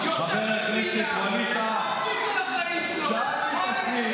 ואני אומר לך: